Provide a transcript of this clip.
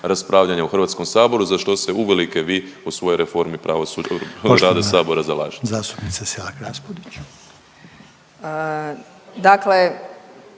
raspravljanja u HS za što se uvelike vi u svojoj reformi pravosuđa u radu sabora zalažete.